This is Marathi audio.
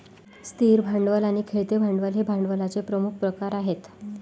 स्थिर भांडवल आणि खेळते भांडवल हे भांडवलाचे प्रमुख प्रकार आहेत